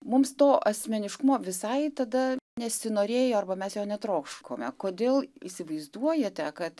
mums to asmeniškumo visai tada nesinorėjo arba mes jo netroškome kodėl įsivaizduojate kad